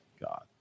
God